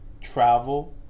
travel